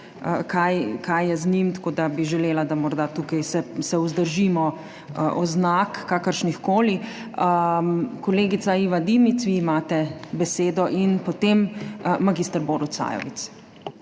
kaj je z njim. Tako da bi želela, da se morda tukaj vzdržimo oznak, kakršnihkoli. Kolegica Iva Dimic, vi imate besedo. In potem mag. Borut Sajovic.